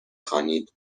خوانید